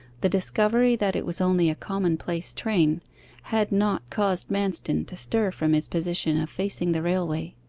the discovery that it was only a commonplace train had not caused manston to stir from his position of facing the railway.